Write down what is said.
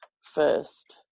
first